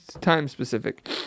time-specific